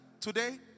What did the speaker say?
today